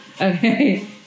okay